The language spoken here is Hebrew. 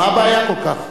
מה הבעיה כל כך?